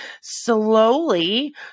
slowly